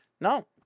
No